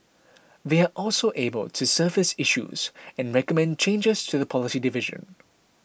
they are also able to surface issues and recommend changes to the policy division